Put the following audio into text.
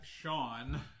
Sean